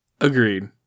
Agreed